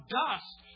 dust